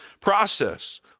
process